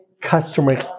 customer